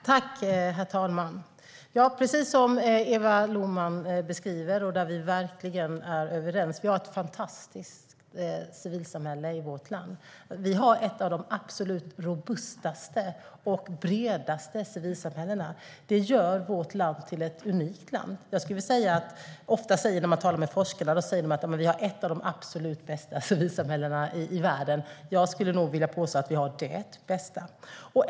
Herr talman! Precis som Eva Lohman beskriver - där är vi verkligen överens - har vi ett fantastiskt civilsamhälle i vårt land. Vi har ett av de absolut bredaste och mest robusta civilsamhällena. Det gör vårt land till ett unikt land. När man talar med forskarna säger de ofta att vi har ett av de absolut bästa civilsamhällena i världen. Jag skulle nog vilja påstå att vi har det bästa.